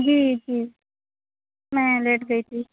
جی جی میں لیٹ گئی تھی